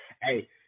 Hey